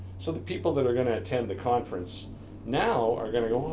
so the people that are gonna attend the conference now, are gonna go, oh,